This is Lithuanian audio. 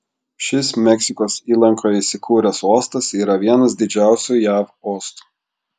šis meksikos įlankoje įsikūręs uostas yra vienas didžiausių jav uostų